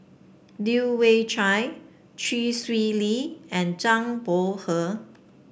Leu Yew Chye Chee Swee Lee and Zhang Bohe